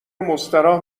مستراح